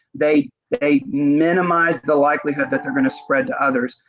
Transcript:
they they minimize the likelihood that they are going to spread to others.